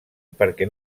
perquè